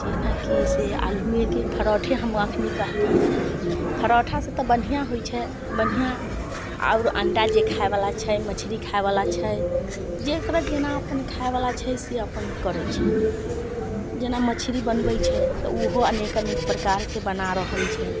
जेनाकि से आलूएके परौठा हम अखनी कहली हँ परौठासँ तऽ बढ़िआँ होयत छै बढ़िआँ आओर अंडा जे खाय बला छै जे मछरी खैाय बला छै जेकरा जेना अपन खाय बला छै से अपन करैत छै जेना मछरी बनबै छै तऽ ओहो अनेक अनेक प्रकार से बना रहल छै